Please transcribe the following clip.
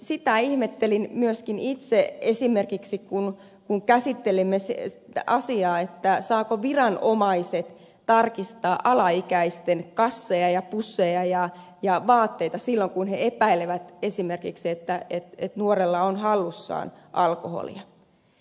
sitä ihmettelin myöskin itse esimerkiksi silloin kun käsittelimme asiaa saavatko viranomaiset tarkistaa alaikäisten kasseja ja pusseja ja vaatteita silloin kun he epäilevät esimerkiksi että nuorella on hallussaan alkoholia